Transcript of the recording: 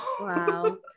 wow